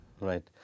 Right